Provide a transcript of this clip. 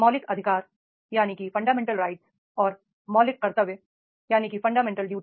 मौलिक अधिकार और मौलिक कर्तव्य